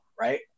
right